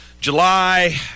July